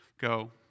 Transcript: go